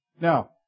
Now